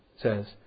says